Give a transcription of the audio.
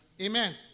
Amen